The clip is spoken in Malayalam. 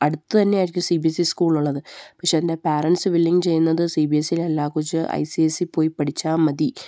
അടുത്തുതന്നെയായിരിക്കും സി ബി എസ് ഇ സ്കൂളുള്ളത് പക്ഷെ അതിൻ്റെ പാരൻറ്സ് വില്ലിങ് ചെയ്യുന്നത് സി ബി എസ് ഇയിലല്ല ആ കൊച്ച് ഐ സി എസ് ഇയില് പോയി പഠിച്ചാല് മതി